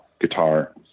guitar